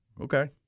Okay